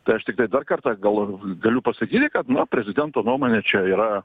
tai aš tiktai dar kartą gal galiu pasakyti kad nu prezidento nuomonė čia yra